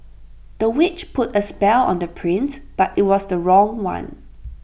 the witch put A spell on the prince but IT was the wrong one